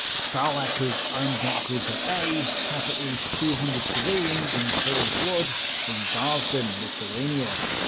stahlecker's einsatzgruppe a shot at least two hundred civilians in cold blood in garsden, lithuania,